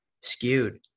skewed